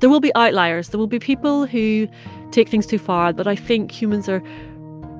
there will be outliers. there will be people who take things too far. but i think humans are